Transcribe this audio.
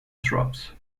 shrubs